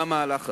מהמהלך הזה.